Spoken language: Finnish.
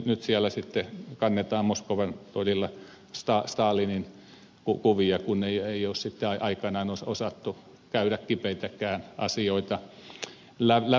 nyt siellä sitten moskovan torilla kannetaan stalinin kuvia kun ei ole aikanaan osattu käydä kipeitäkään asioita lävitse